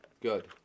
Good